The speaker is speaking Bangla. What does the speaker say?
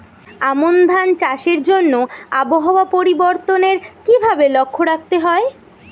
আমন ধান চাষের জন্য আবহাওয়া পরিবর্তনের কিভাবে লক্ষ্য রাখতে হয়?